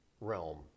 realm